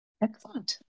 Excellent